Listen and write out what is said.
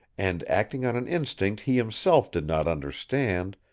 and, acting on an instinct he himself did not understand,